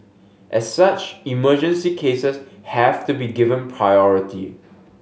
as such emergency cases have to be given priority